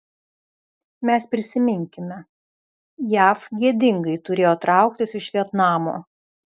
mes prisiminkime jav gėdingai turėjo trauktis iš vietnamo